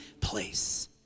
place